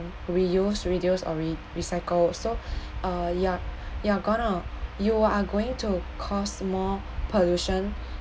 reuse reduce or recycle so uh ya you're gonna you are going to cause more pollution